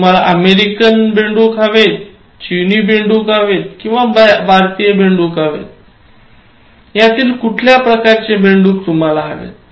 तुम्हाला अमेरिकन बेडूक चिनी बेडूक किंवा भारतीय बेडूक यातील कुठल्या प्रकारचे बेंडूक हवे आहेत